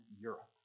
Europe